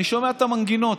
ואני שומע את המנגינות.